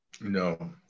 No